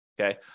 okay